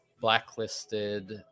blacklisted